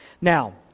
Now